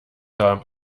haben